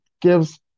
gives